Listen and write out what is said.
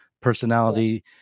personality